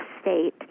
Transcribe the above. state